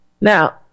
Now